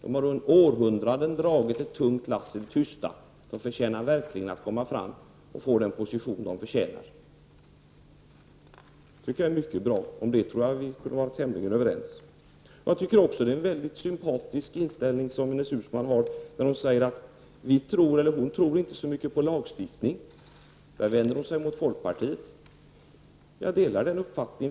De har i århundraden dragit ett tungt lass i det tysta. De förtjänar verkligen att komma fram och få den position de är värda. Det tycker jag är mycket bra. Om det tror jag att vi kan vara tämligen överens. Jag tycker också att det är en mycket sympatisk inställning som Ines Uusmann har när hon säger att hon inte tror så mycket på lagstiftning. Där vänder hon sig mot folkpartiet. Jag delar den uppfattningen.